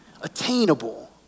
attainable